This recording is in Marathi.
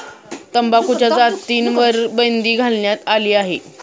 तंबाखूच्या जाहिरातींवर बंदी घालण्यात आली आहे